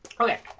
right.